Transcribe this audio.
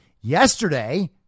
Yesterday